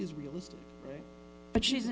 israel but she